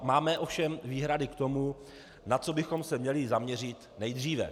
Máme ovšem výhrady k tomu, na co bychom se měli zaměřit nejdříve.